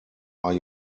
are